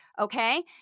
Okay